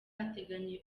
ateganya